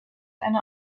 eine